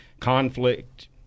conflict